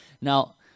Now